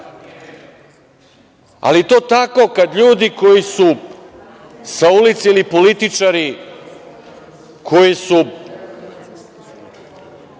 Ali to tako, kada ljudi koji su sa ulice ili političari koji su